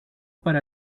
para